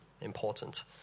important